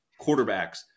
quarterbacks